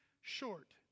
short